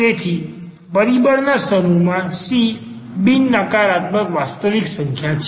તેથી એક પરિબળ ના સમૂહમાં c બિન નકારાત્મક વાસ્તવિક સંખ્યા છે